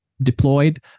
deployed